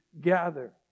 gather